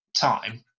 time